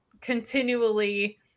continually